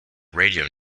radio